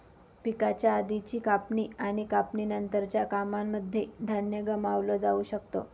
पिकाच्या आधीची कापणी आणि कापणी नंतरच्या कामांनमध्ये धान्य गमावलं जाऊ शकत